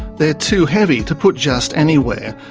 they're too heavy to put just anywhere,